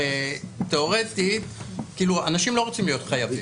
אנשים לא רוצים להיות חייבים.